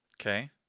Okay